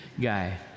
guy